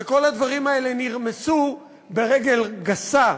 וכל הדברים האלה נרמסו ברגל גסה,